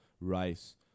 rice